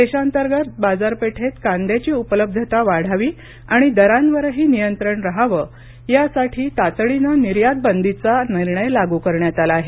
देशांतर्गत बाजारपेठेत कांद्याची उपलब्धता वाढावी आणि दरांवरही नियंत्रण रहावं यासाठी तातडीनं निर्यात बंदीचा निर्णय लागू करण्यात आला आहे